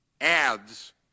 ads